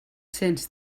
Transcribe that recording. cents